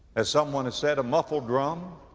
as someone has said, a muffled drum